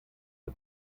der